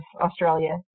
Australia